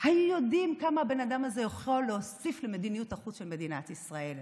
היו יודעים כמה הבן אדם הזה יכול להוסיף למדיניות החוץ של מדינת ישראל.